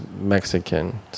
Mexican